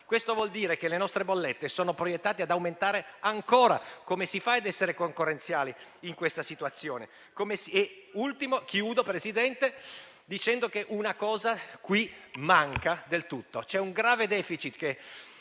Questo vuol dire che le nostre bollette sono destinate ad aumentare ancora. Come si fa a essere concorrenziali in questa situazione? Concludo, Presidente, dicendo che c'è un aspetto che manca del tutto: c'è un grave *deficit* che